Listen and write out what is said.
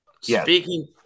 Speaking